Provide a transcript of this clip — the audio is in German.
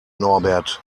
norbert